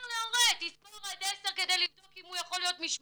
אומר להורה "תספור עד עשר" כדי לבדוק אם הוא יכול להיות משמורן.